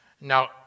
Now